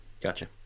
gotcha